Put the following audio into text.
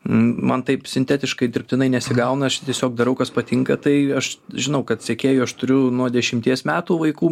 man taip sintetiškai dirbtinai nesigauna aš tiesiog darau kas patinka tai aš žinau kad sekėjų aš turiu nuo dešimties metų vaikų